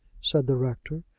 said the rector.